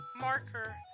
marker